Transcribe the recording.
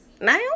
now